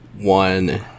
One